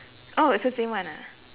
oh it's the same one ah